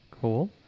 cool